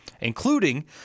including